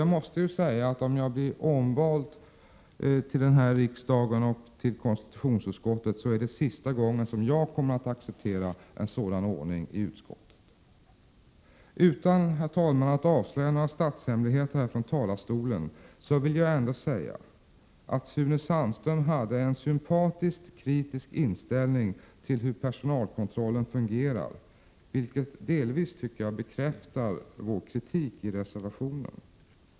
Jag måste säga att om jag blir omvald till riksdagen och till konstitutionsutskottet är det sista gången jag kommer att acceptera en sådan ordning i konstitutionsutskottet. Herr talman! Utan att avslöja några statshemligheter från talarstolen vill jag ändå säga att Sune Sandström hade en sympatiskt kritisk inställning till hur personalkontrollen fungerar, vilket jag tycker delvis bekräftar vår kritik i reservationen.